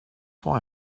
why